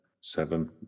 Seven